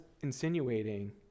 insinuating